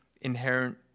inherent